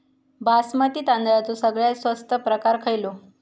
बासमती तांदळाचो सगळ्यात स्वस्त प्रकार खयलो?